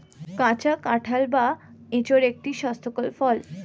কাঁচা কাঁঠাল বা এঁচোড় একটি স্বাস্থ্যকর ফল